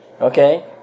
okay